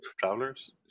Travelers